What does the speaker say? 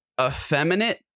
effeminate